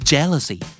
Jealousy